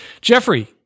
Jeffrey